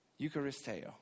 Eucharisteo